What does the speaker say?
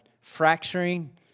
fracturing